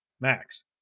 Max